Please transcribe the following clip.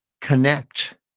connect